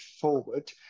forward